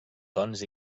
tons